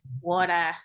water